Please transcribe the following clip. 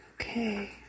Okay